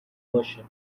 worship